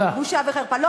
בושה וחרפה.